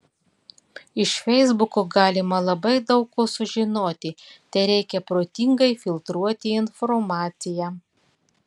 iš feisbuko galima labai daug ko sužinoti tereikia protingai filtruoti informaciją